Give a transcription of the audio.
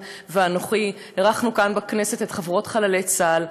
ואנוכי אירחנו כאן בכנסת את חברות חללי צה"ל.